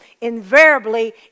Invariably